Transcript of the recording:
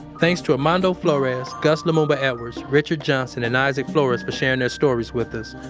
thanks to armando flores, gus lumumba edwards, richard johnson, and isaac flores for sharing their stories with us.